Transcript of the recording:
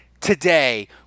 today